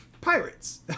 pirates